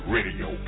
Radio